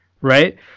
right